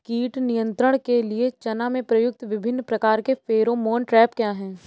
कीट नियंत्रण के लिए चना में प्रयुक्त विभिन्न प्रकार के फेरोमोन ट्रैप क्या है?